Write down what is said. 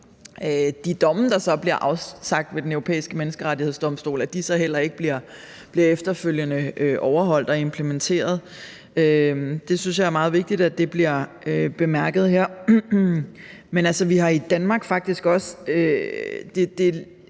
de domme, der så bliver afsagt ved Den Europæiske Menneskerettighedsdomstol – at de så efterfølgende ikke bliver overholdt og implementeret. Jeg synes, det er meget vigtigt, at det bliver bemærket her. Det lægger også lidt op til, synes